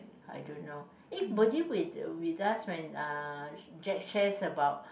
I don't know eh were you with with us when uh Jack shares about